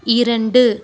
இரண்டு